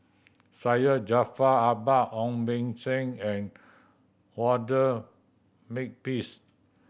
Syed Jaafar Albar Ong Beng Seng and Walter Makepeace